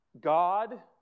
God